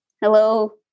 hello